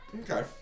Okay